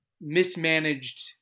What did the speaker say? mismanaged